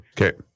Okay